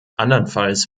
anderenfalls